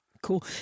Cool